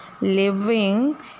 living